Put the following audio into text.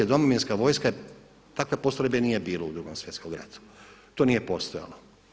Domovinska vojska je, takve postrojbe nije bilo u Drugom svjetskom ratu, to nije postojalo.